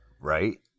Right